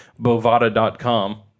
Bovada.com